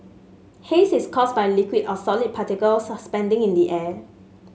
haze is caused by liquid or solid particles suspending in the air